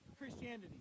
Christianity